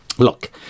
Look